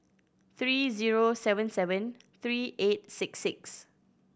three zero seven seven three eight six six